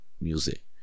music